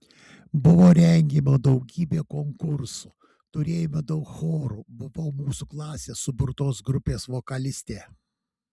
buvo rengiama daugybė konkursų turėjome daug chorų buvau mūsų klasės suburtos grupės vokalistė